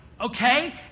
okay